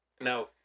now